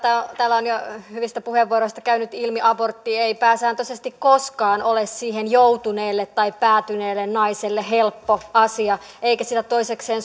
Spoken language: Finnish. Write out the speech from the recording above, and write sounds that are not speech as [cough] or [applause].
täällä on jo hyvistä puheenvuoroista käynyt ilmi abortti ei pääsääntöisesti koskaan ole siihen joutuneelle tai päätyneelle naiselle helppo asia eikä sitä toisekseen [unintelligible]